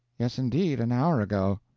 yes, indeed, an hour ago.